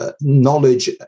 knowledge